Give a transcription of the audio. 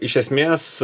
iš esmės